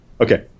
Okay